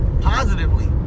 positively